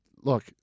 Look